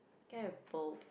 can I have both